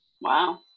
Wow